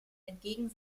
entgegen